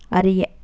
அறிய